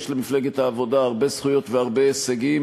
יש למפלגת העבודה הרבה זכויות והרבה הישגים.